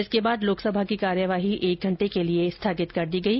इसके बाद लोकसभा की कार्यवाही एक घंटे के लिए स्थगित कर दी गई